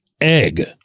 egg